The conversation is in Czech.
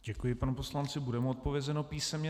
Děkuji panu poslanci, bude mu odpovězeno písemně.